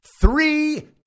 Three